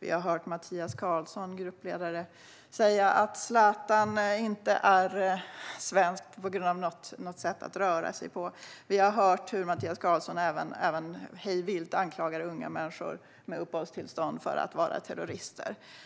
Vi har hört gruppledaren Mattias Karlsson säga att Zlatan inte är svensk på grund av något sätt som han rör sig på. Vi har även hört Mattias Karlsson hej vilt anklaga unga människor med uppehållstillstånd att vara terrorister.